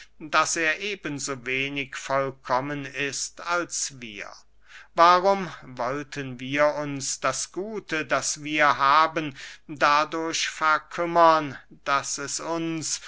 daß er eben so wenig vollkommen ist als wir warum wollten wir uns das gute das wir haben dadurch verkümmern daß es uns